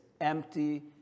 empty